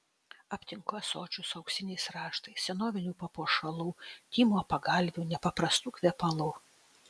aptinku ąsočių su auksiniais raštais senovinių papuošalų tymo pagalvių nepaprastų kvepalų